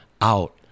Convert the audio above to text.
out